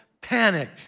panic